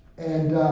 and